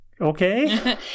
okay